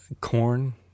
corn